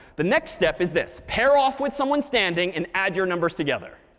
the next step is this pair off with someone standing and add your numbers together.